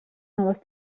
noves